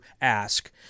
ask